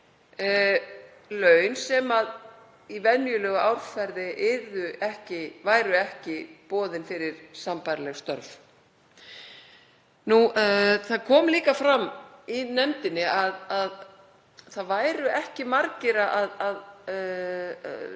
laun sem í venjulegu árferði væru ekki boðin fyrir sambærileg störf. Það kom líka fram í nefndinni að ekki væru margir að